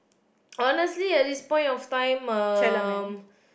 honestly at this point of time um